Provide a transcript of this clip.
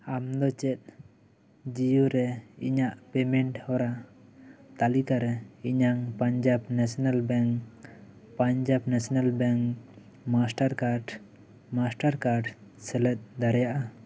ᱟᱢᱫᱚ ᱪᱮᱫ ᱡᱤᱭᱳ ᱨᱮ ᱤᱧᱟᱹᱜ ᱯᱮᱢᱮᱱᱴ ᱦᱚᱨᱟ ᱛᱟᱹᱞᱤᱠᱟ ᱨᱮ ᱤᱧᱟᱹᱜ Punjab National Bank Punjab National Bank Mastercard Mastercard ᱥᱮᱞᱮᱫᱽ ᱫᱟᱲᱮᱭᱟᱜᱼᱟ